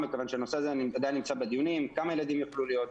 מכיוון שהנושא הזה עדיין נמצא בדיונים - כמה ילדים יוכלו להיות,